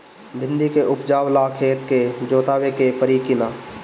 भिंदी के उपजाव ला खेत के जोतावे के परी कि ना?